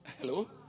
Hello